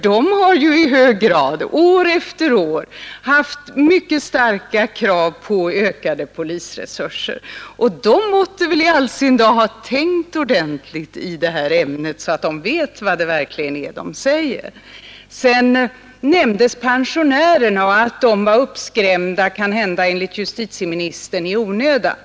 Den har ju i hög grad år efter år haft mycket starka krav på ökade polisresurser, och på det hållet måtte man väl rimligen ha tänkt ordentligt i detta ämne så att man vet vad man säger. 127 Vidare nämndes pensionärerna, som enligt justitieministern kanhända var uppskrämda i onödan.